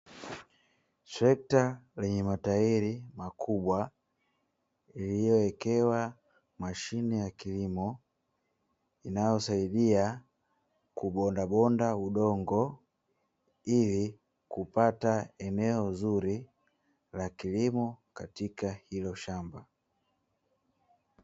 Trekta lenye matairi makubwa lililoekewa mashine ya kilimo, inayosaidia kubonda udongo ili kupata eneo zuri la kilimo katika ilo shamba.